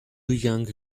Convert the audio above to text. young